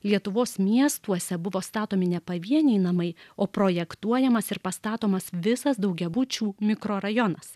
lietuvos miestuose buvo statomi ne pavieniai namai o projektuojamas ir pastatomas visas daugiabučių mikrorajonas